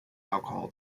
alcohol